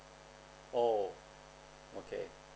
oh okay